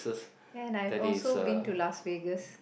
and I've also been to Las Vegas